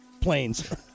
planes